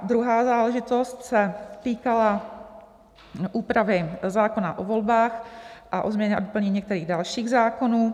Druhá záležitost se týkala úpravy zákona o volbách a o změně a doplnění některých dalších zákonů.